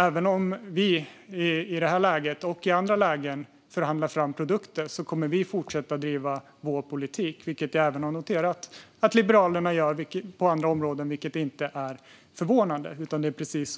Även om vi i det här läget och i andra lägen förhandlar fram produkter kommer vi att fortsätta driva vår politik. Det har jag noterat att även Liberalerna gör på andra områden. Det är inte förvånande, utan det är precis